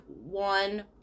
one